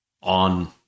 on